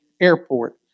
airport